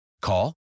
Call